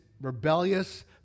rebellious